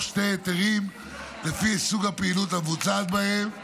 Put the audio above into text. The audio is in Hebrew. שני היתרים לפי סוג הפעילות המבוצעת בהם: